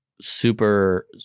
super